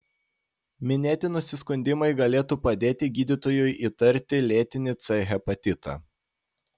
minėti nusiskundimai galėtų padėti gydytojui įtarti lėtinį c hepatitą